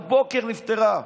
בבוקר נפטרה.